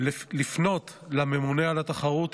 לפנות לממונה על התחרות,